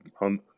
on